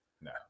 No